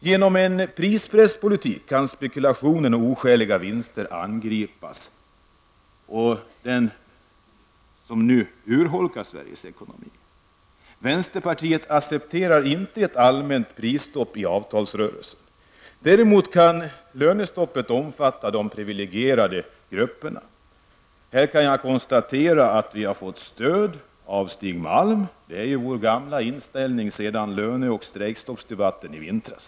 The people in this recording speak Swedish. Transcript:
Genom en prispresspolitik kan spekulationen och oskäliga vinster, som nu urholkar Sveriges ekonomi, angripas. Vänsterpartiet accepterar inte ett allmänt lönestopp i avtalsrörelsen. Däremot kan lönestoppet omfatta redan privilegierade grupper. Här kan jag konstatera att vi har fått stöd av Stig Malm. Det är vår gamla inställning sedan löne och strejkstoppsdebatten i vintras.